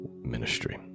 ministry